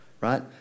Right